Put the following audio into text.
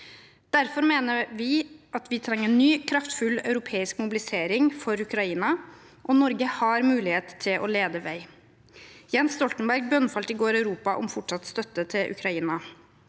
Derfor mener vi at vi trenger en ny kraftfull europeisk mobilisering for Ukraina, og Norge har mulighet til å lede vei. Jens Stoltenberg bønnfalte i går Europa om fortsatt støtte til Ukraina.